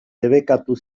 debekatu